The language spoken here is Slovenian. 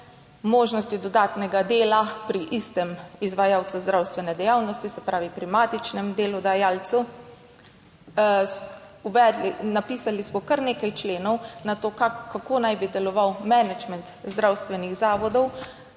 možnosti dodatnega dela pri istem izvajalcu zdravstvene dejavnosti, se pravi pri matičnem delodajalcu, uvedli, napisali smo kar nekaj členov na to, kako naj bi deloval menedžment zdravstvenih zavodov,